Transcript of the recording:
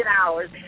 hours